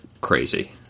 crazy